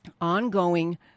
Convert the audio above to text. ongoing